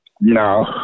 No